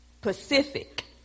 Pacific